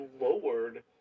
lowered